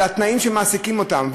על התנאים שבהם מעסיקים אותם,